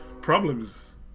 problems